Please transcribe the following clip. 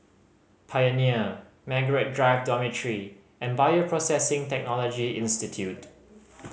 Pioneer Margaret Drive Dormitory and Bioprocessing Technology Institute